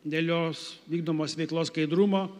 dėl jos vykdomos veiklos skaidrumo